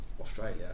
Australia